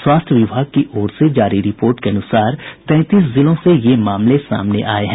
स्वास्थ्य विभाग की ओर से जारी रिपोर्ट के अनुसार तैंतीस जिलों से ये मामले सामने आये हैं